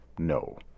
No